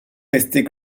restait